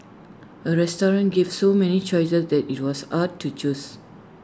A restaurant gave so many choices that IT was hard to choose